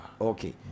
Okay